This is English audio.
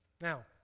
Now